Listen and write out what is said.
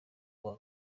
uwa